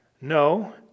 No